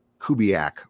Kubiak